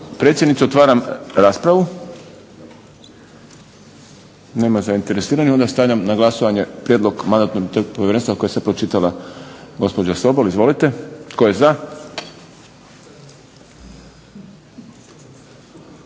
predsjednice. Otvaram raspravu. Nema zainteresiranih. Onda stavljam na glasovanje Prijedlog Mandatno imunitetnog povjerenstva koje je sada pročitala gospođa Sobol, izvolite. Tko je za?